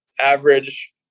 average